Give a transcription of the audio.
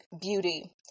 beauty